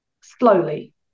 slowly